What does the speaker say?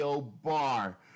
bar